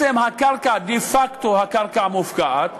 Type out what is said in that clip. דה-פקטו הקרקע מופקעת.